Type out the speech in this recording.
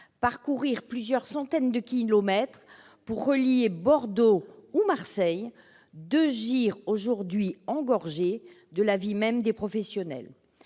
parcourir plusieurs centaines de kilomètres pour relier Bordeaux ou Marseille, deux JIRS aujourd'hui engorgées, de l'avis même des professionnels.